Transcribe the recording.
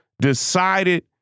Decided